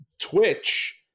Twitch